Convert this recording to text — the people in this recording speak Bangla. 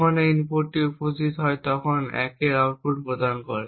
যখন এই ইনপুটটি উপস্থিত হয় তখন এটি 1 এর আউটপুট প্রদান করে